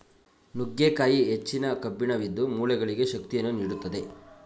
ನುಗ್ಗೆಕಾಯಿ ಹೆಚ್ಚಿನ ಕಬ್ಬಿಣವಿದ್ದು, ಮೂಳೆಗಳಿಗೆ ಶಕ್ತಿಯನ್ನು ನೀಡುತ್ತದೆ